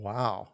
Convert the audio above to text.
Wow